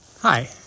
Hi